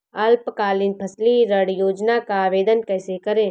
अल्पकालीन फसली ऋण योजना का आवेदन कैसे करें?